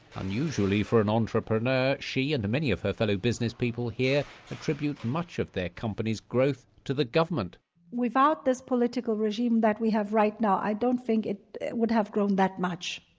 unusually for an entrepreneur, she and many of her fellow business people here attribute much of their companies' growth to the government without this political regime that we have right now, i don't think it would have grown that much.